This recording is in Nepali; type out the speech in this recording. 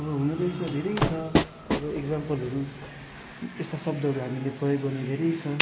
अब हुनु त यस्ता धेरै छ अब इक्जाम्पलहरू यस्ता शब्दहरू हामीले प्रयोग गर्ने धेरै छ